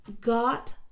got